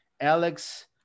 Alex